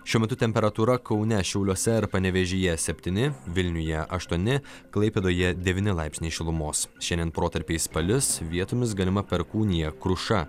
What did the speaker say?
šiuo metu temperatūra kaune šiauliuose ir panevėžyje septyni vilniuje aštuoni klaipėdoje devyni laipsniai šilumos šiandien protarpiais palis vietomis galima perkūnija kruša